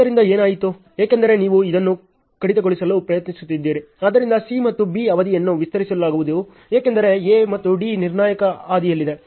ಆದ್ದರಿಂದ ಏನಾಯಿತು ಏಕೆಂದರೆ ನೀವು ಇದನ್ನು ಕಡಿತಗೊಳಿಸಲು ಪ್ರಯತ್ನಿಸುತ್ತಿದ್ದೀರಿ ಆದ್ದರಿಂದ C ಮತ್ತು B ಅವಧಿಯನ್ನು ವಿಸ್ತರಿಸಲಾಗುವುದು ಏಕೆಂದರೆ A ಮತ್ತು D ನಿರ್ಣಾಯಕ ಹಾದಿಯಲ್ಲಿದೆ